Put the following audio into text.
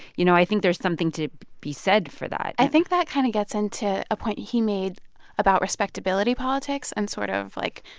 you know, i think there's something to be said for that i think that kind of gets into a point he made about respectability politics and sort of, like,